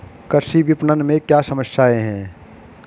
कृषि विपणन में क्या समस्याएँ हैं?